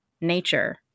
nature